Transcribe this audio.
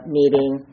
meeting